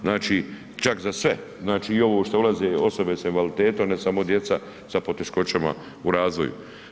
Znači, čak za sve znači i ovo što ulaze osobe s invaliditetom ne samo djeca sa poteškoćama u razvoju.